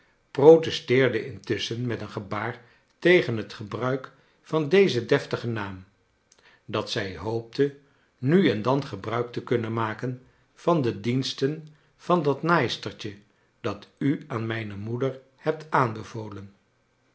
protesteerde intusschen met een gebaar tegen het gebruik van dezen deftigen naam dat zij hoopte nu en dan gebruik te kunnen maken van de diensten van dat naaistertje dat u aan mijne moeder hebt aanbevolen